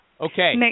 Okay